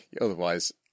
otherwise